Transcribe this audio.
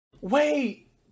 wait